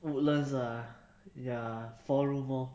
woodlands ah ya four room lor